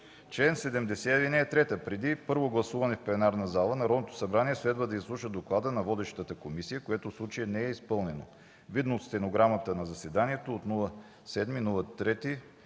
чл. 70, ал. 3 – преди първо гласуване в пленарна зала, Народното събрание следва да изслуша доклада на водещата комисия, което в случая не е изпълнено, видно от стенограмата на заседанието от 07.03.2013